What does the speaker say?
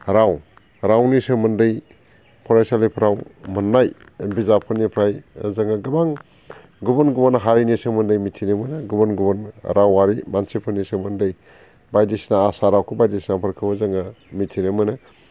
राव रावनि सोमोन्दै फरायसालिफोराव मोननाय बिजाबफोरनिफ्राय जोङो गोबां गुबुन गुबुन हारिनि सोमोन्दै मिथिनो मोनो गुबुन गुबुन रावारि मानसिफोरनि सोमोन्दै बायदिसिना आसार आखु बायदिसिनाफोरखौ जोङो मिथिनो मोनो